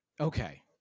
Okay